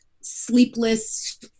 sleepless